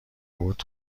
بود